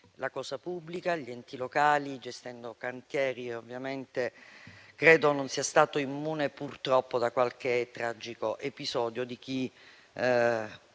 la cosa pubblica e gli enti locali, gestendo cantieri, credo che non sia stato immune, purtroppo, da qualche tragico episodio di chi